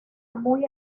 muy